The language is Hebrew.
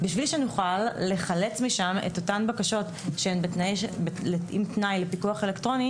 בשביל שנוכל לחלץ משם את אותן בקשות שהן עם תנאי לפיקוח אלקטרוני,